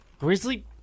Grizzly